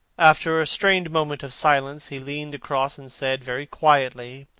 after a strained moment of silence, he leaned across and said, very quietly,